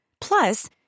Plus